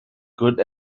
good